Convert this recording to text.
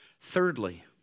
Thirdly